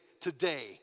today